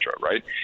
Right